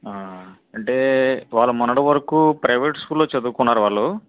అంటే వాళ్ళు మొన్నటి వరకు ప్రైవేట్ స్కూల్ లో చదువుకున్నారు వాళ్ళు